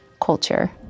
culture